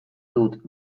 dut